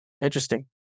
Interesting